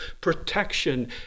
protection